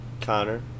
Connor